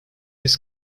his